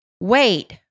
Wait